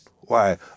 Why